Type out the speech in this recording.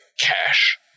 cash